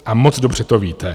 A moc dobře to víte.